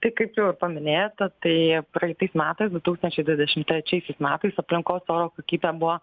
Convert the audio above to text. tai kaip paminėjote tai praeitais metais du tūkstančiai dvidešim trečiaisiais metais aplinkos oro kokybė buvo